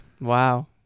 wow